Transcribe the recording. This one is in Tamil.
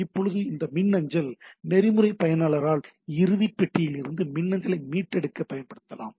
இப்போது இந்த அஞ்சல் அணுகல் நெறிமுறை பயனரால் அஞ்சல் பெட்டியிலிருந்து மின்னஞ்சலை மீட்டெடுக்க பயன்படுத்தலாம்